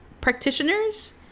practitioners